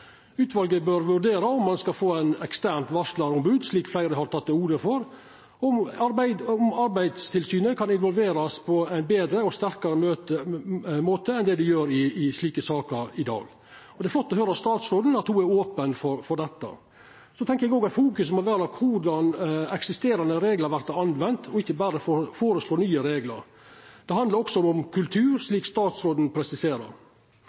Utvalet bør vurdera om ein skal få eit eksternt varslarombod, slik fleire har teke til orde for, og om Arbeidstilsynet kan verta involvert på ein betre og sterkare måte enn det dei gjer i slike saker i dag. Det er flott å høyra at statsråden er open for dette. Eg tenkjer òg at fokuset må vera korleis eksisterande reglar vert brukte, og ikkje berre å føreslå nye reglar. Det handlar også om kultur, slik statsråden presiserer.